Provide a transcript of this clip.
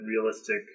realistic